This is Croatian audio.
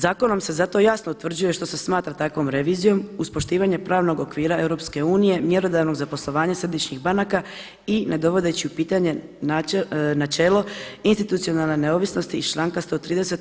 Zakonom se zato jasno utvrđuje što se smatra takvom revizijom uz poštivanje pravnog okvira EU mjerodavnog za poslovanje središnjih banka i nedovodeći u pitanje načelo institucionalne neovisnosti iz članka 130.